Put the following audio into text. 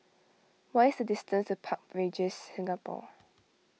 what is the distance to Park Regis Singapore